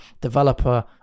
developer